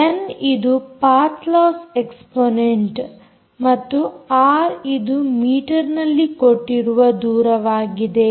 N ಇದು path loss exponent ಮತ್ತು R ಇದು ಮೀಟರ್ನಲ್ಲಿ ಕೊಟ್ಟಿರುವ ದೂರವಾಗಿದೆ